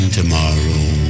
tomorrow